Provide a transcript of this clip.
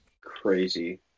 crazy